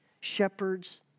shepherds